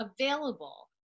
available